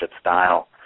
style